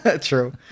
true